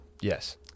Yes